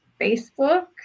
Facebook